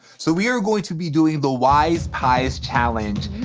so, we are going to be doing the wise pies challenge.